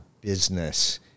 business